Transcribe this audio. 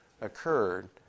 occurred